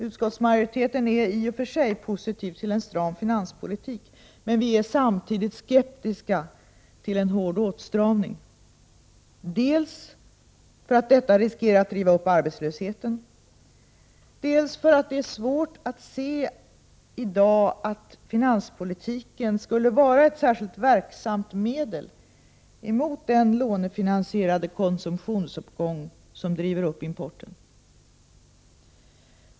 Utskottsmajoriteten är i och för sig positiv till en stram finanspolitik, men vi är samtidigt skeptiska till en hård åtstramning, dels för att detta riskerar att driva upp arbetslösheten, dels för att det är svårt att i dag se finanspolitiken som ett särskilt verksamt medel mot den lånefinansierade konsumtionsuppgång som driver upp importen.